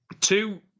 Two